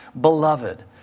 Beloved